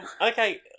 Okay